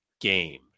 game